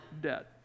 debt